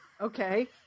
Okay